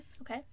Okay